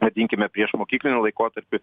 vadinkime priešmokyklinį laikotarpį